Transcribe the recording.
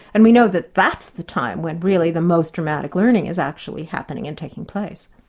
and we know that that's the time when really the most dramatic learning is actually happening and taking place.